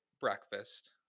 breakfast